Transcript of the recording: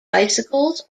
bicycles